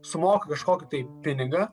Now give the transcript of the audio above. sumoka kažkokį tai pinigą